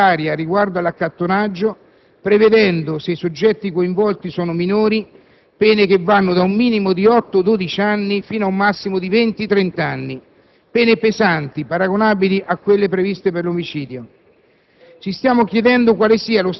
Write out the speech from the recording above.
La norma all'articolo 1 è lapidaria riguardo all'accattonaggio, prevedendo, se i soggetti coinvolti sono minori, pene che vanno da un minimo di otto-dodici anni ad un massimo di venti-trent'anni, pene pesanti, paragonabili a quelle previste per l'omicidio.